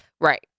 right